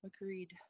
agreed